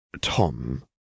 Tom